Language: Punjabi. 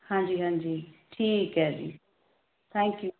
ਹਾਂਜੀ ਹਾਂਜੀ ਠੀਕ ਹੈ ਜੀ ਥੈਂਕ ਯੂ